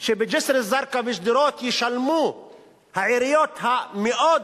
שבג'סר-א-זרקא ובשדרות ישלמו העיריות המאוד,